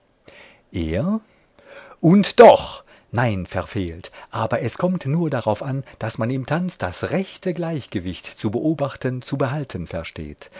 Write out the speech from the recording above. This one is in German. er und doch nein verfehlt aber es kommt nur darauf an daß man im tanz das rechte gleichgewicht zu beobachten zu behalten versteht